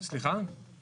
אני